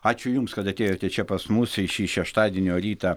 ačiū jums kad atėjote čia pas mus į šį šeštadienio rytą